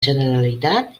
generalitat